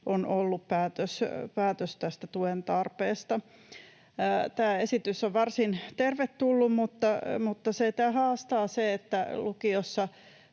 on ollut päätös tästä tuen tarpeesta. Tämä esitys on varsin tervetullut, mutta sitä haastaa se, että lukiossa